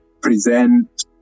present